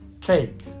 Cake